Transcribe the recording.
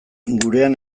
gurean